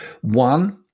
One